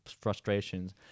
frustrations